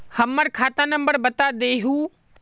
हमर खाता नंबर बता देहु?